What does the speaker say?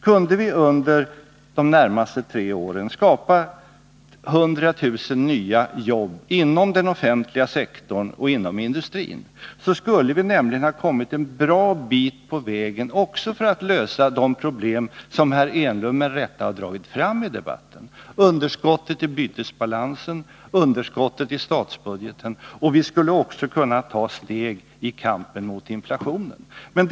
Kunde vi under de närmaste tre åren skapa 100 000 nya arbeten inom den offentliga sektorn och inom industrin, skulle vi nämligen också ha kommit en bra bit på väg för att lösa de problem som herr Enlund med rätta har dragit fram i debatten: underskottet i bytesbalansen och underskottet i statsbudgeten. Vi skulle också kunna åstadkomma något i kampen mot inflationen.